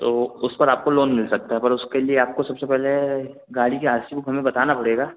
तो उस पर आपको लोन मिल सकता है पर उसके लिए आपको सबसे पहले गाड़ी की आर सी बुक हमें बताना पड़ेगा